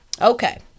Okay